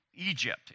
Egypt